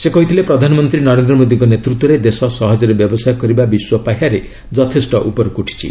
ସେ କହିଥିଲେ ପ୍ରଧାନମନ୍ତ୍ରୀ ନରେନ୍ଦ୍ର ମୋଦୀଙ୍କ ନେତୃତ୍ୱରେ ଦେଶ 'ସହଜରେ ବ୍ୟବସାୟ କରିବା' ବିଶ୍ୱ ପାହ୍ୟାରେ ଯଥେଷ୍ଟ ଉପରକୁ ଉଠିଛି